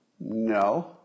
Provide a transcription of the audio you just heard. No